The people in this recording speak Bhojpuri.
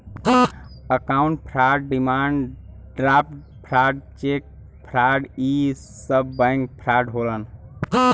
account fraud demand draft fraud cheque fraud इ सब बैंक फ्राड होलन